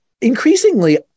Increasingly